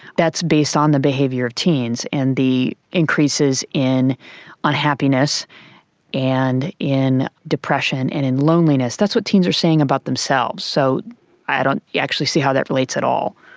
that's based on the behaviour of teens and the increases in unhappiness and in depression and in loneliness. that's what teens are saying about themselves, so i don't actually see how that relates at all.